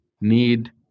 need